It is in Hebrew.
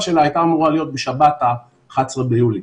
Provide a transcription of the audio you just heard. שלה הייתה אמורה להיות בשבת ה-11 ביולי.